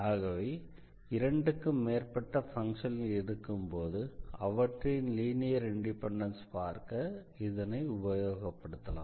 ஆகவே இரண்டுக்கு மேற்பட்ட பங்க்ஷன்கள் இருக்கும்போது அவற்றின் லீனியர் இண்டிபெண்டன்ஸ் பார்க்க இதனை உபயோகப்படுத்தலாம்